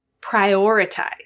Prioritize